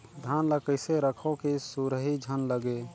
धान ल कइसे रखव कि सुरही झन लगे?